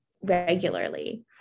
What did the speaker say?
regularly